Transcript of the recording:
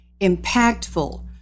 impactful